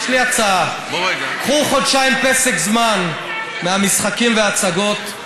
יש לי הצעה: קחו חודשיים פסק זמן מהמשחקים וההצגות,